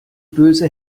böse